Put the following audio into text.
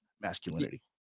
masculinity